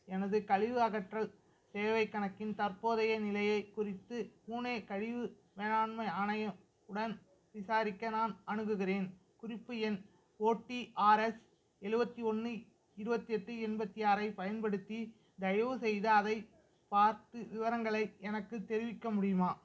எனது கழிவு அகற்றல் சேவைக் கணக்கின் தற்போதைய நிலையைக் குறித்து பூனே கழிவு மேலாண்மை ஆணையம் உடன் விசாரிக்க நான் அணுகுகிறேன் குறிப்பு எண் ஓடிஆர்எஸ் எழுவத்தி ஒன்று இருபத்தி எட்டு எண்பத்தி ஆறைப் பயன்படுத்தி தயவுசெய்து அதைப் பார்த்து விவரங்களை எனக்குத் தெரிவிக்க முடியுமா